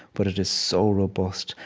but it is so robust.